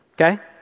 okay